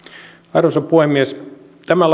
arvoisa puhemies tämän